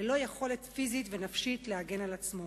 ללא יכולת פיזית ונפשית להגן על עצמו?